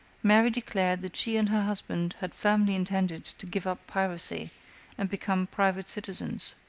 mary declared that she and her husband had firmly intended to give up piracy and become private citizens.